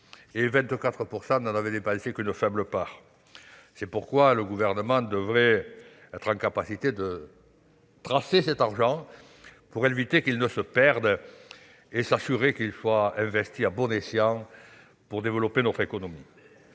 n'en avoir dépensé qu'une faible part. Le Gouvernement devrait être en mesure de tracer cet argent pour éviter qu'il ne se perde et s'assurer qu'il soit investi à bon escient pour développer notre économie.